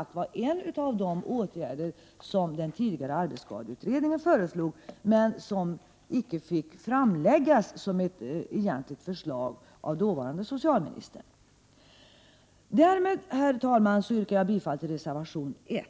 också en av de åtgärder som den tidigare arbetsskadeutredningen diskuterade men icke fick lägga fram som ett egentligt förslag för dåvarande socialministern. Därmed, herr talman, yrkar jag bifall till reservation 1.